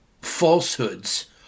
falsehoods